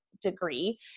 Degree